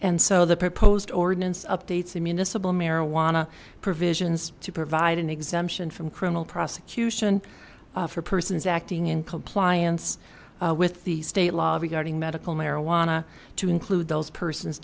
and so the proposed ordinance updates the municipal marijuana provisions to provide an exemption from criminal prosecution for persons acting in compliance with the state law regarding medical marijuana to include those persons